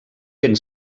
ben